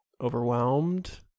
overwhelmed